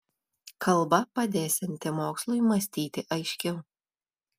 kalba padėsianti mokslui mąstyti aiškiau